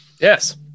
yes